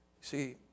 See